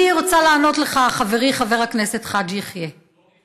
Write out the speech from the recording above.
אני רוצה לענות לך, חברי חבר הכנסת חאג' יחיא.